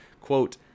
quote